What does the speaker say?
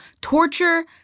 torture